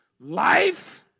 life